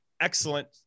excellent